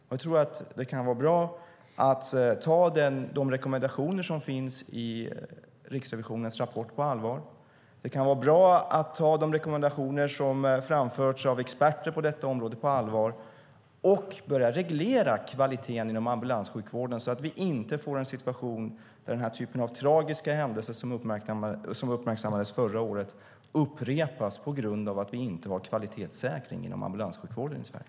Jag tror att det kan vara bra att ta rekommendationerna i Riksrevisionens rapport på allvar. Det kan vara bra att ta de rekommendationer som framförts av experter på detta område på allvar och att börja reglera kvaliteten inom ambulanssjukvården, så att vi inte får en situation där den typ av tragisk händelse som uppmärksammades förra året upprepas på grund av att vi inte har kvalitetssäkring inom ambulanssjukvården i Sverige.